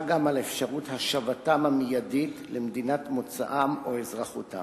גם על אפשרות השבתם המיידית למדינת מוצאם או אזרחותם.